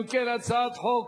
אם כן, הצעת חוק